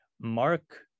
Mark